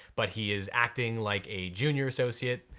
but he is acting like a junior associate,